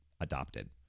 adopted